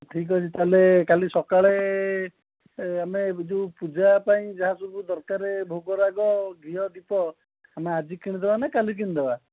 ଠିକ୍ ଅଛି ତା'ହେଲେ କାଲି ସକାଳେ ଆମେ ଯେଉଁ ପୂଜା ପାଇଁ ଯାହାସବୁ ଦରକାର ଭୋଗରାଗ ଘିଅ ଦୀପ ଆମେ ଆଜି କିଣିଦେବା ନା କାଲି କିଣିଦେବା